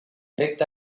picked